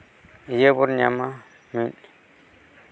ᱤᱭᱟᱹ ᱵᱚᱱ ᱧᱟᱢᱟ ᱢᱤᱫ